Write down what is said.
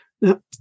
Now